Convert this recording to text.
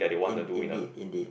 in indeed indeed